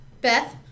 Beth